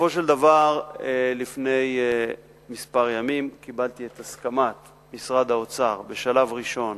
בסופו של דבר לפני כמה ימים קיבלתי את הסכמת משרד האוצר בשלב הראשון